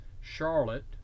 Charlotte